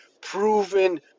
proven